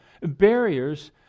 barriers